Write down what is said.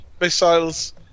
missiles